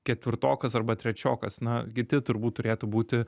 ketvirtokas arba trečiokas na kiti turbūt turėtų būti